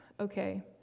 okay